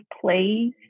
plays